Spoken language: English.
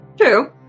True